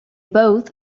both